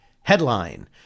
Headline